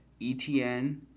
ETN